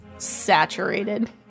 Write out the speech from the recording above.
saturated